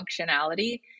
functionality